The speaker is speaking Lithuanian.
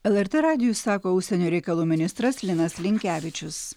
lrt radijui sako užsienio reikalų ministras linas linkevičius